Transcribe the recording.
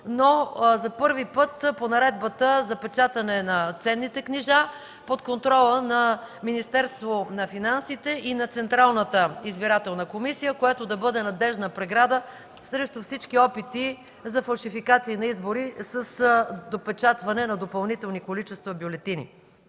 но за първи път по Наредбата за печатане на ценни книжа под контрола на Министерството на финансите и на Централната избирателна комисия, което да бъде надеждна преграда срещу всички опити за фалшификация на избори с допечатване на допълнителни количества бюлетини.